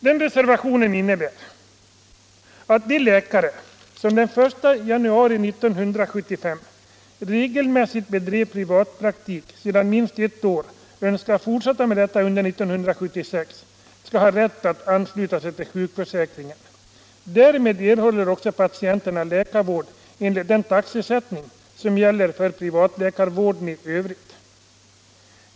Den reservationen innebär att de läkare som den 1 januari 1975 regelmässigt bedrivit privatpraktik sedan minst ett år och önskar fortsätta med detta under 1976 skall ha rätt att ansluta sig till sjukförsäkringen. Därmed erhåller också patienterna läkarvård enligt den taxesättning som gäller för privatläkarvården i övrigt.